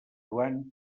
joan